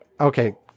okay